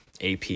ap